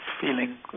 feeling